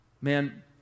Man